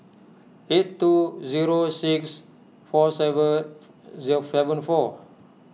eight two zero six four seven zero seven four